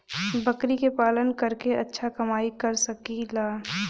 बकरी के पालन करके अच्छा कमाई कर सकीं ला?